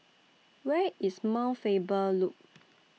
Where IS Mount Faber Loop